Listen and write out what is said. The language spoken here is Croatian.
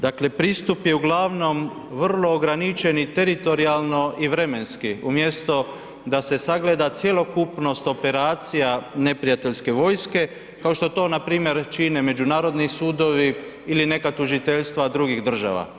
Dakle pristup je uglavnom vrlo ograničen i teritorijalno i vremenski umjesto da se sagleda cjelokupnost operacija neprijateljske vojske kao što to npr. čine međunarodni sudovi ili neka tužiteljstva drugih država.